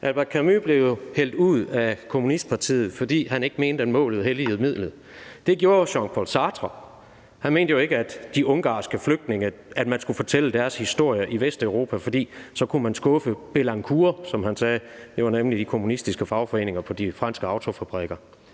Albert Camus blev jo hældt ud af kommunistpartiet, fordi han ikke mente, at målet helligede midlet. Det gjorde Jean Paul Sartre. Han mente jo ikke, at man skulle fortælle de ungarske flygtninges historie i Vesteuropa, for så kunne man skuffe Belancour, som han sagde – det var nemlig de kommunistiske fagforeninger på de franske autofabrikker.